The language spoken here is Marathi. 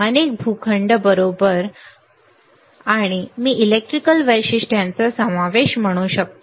अनेक भूखंड बरोबर आणि मी इलेक्ट्रिकल वैशिष्ट्यांचा समावेश म्हणू शकतो